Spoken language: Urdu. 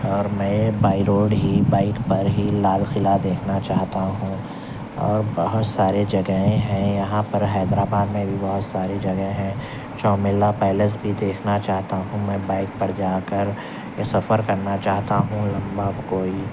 اور میں بائی روڈ ہی بائیک پر ہی لال قلعہ دیکھنا چاہتا ہوں اور بہت سارے جگہیں ہیں یہاں پر حیدر آباد میں بھی بہت ساری جگہیں ہیں چومیلا پیلس بھی دیکھنا چاہتا ہوں میں بائیک پر جا کر یہ سفر کرنا چاہتا ہوں لمبا کوئی